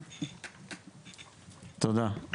תודה.